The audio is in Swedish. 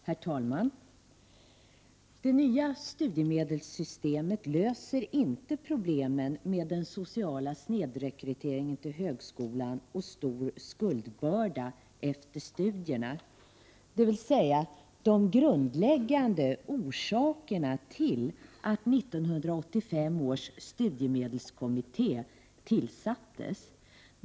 Herr talman! Det nya studiemedelssystemet löser inte problemen med den sociala snedrekryteringen till högskolan och stor skuldbörda efter studierna, dvs. de grundläggande orsakerna till att 1985 års studiemedelskommitté tillsattes.